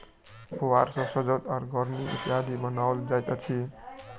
पुआर सॅ सजौट, गोनरि इत्यादि बनाओल जाइत अछि